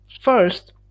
First